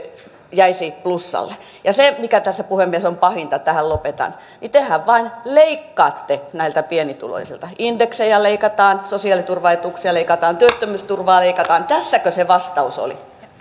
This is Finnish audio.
jäisi plussalle se mikä tässä puhemies on pahinta tähän lopetan on että tehän vain leikkaatte näiltä pienituloisilta indeksejä leikataan sosiaaliturvaetuuksia leikataan työttömyysturvaa leikataan tässäkö se vastaus oli